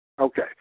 Okay